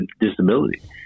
disability